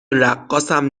رقاصم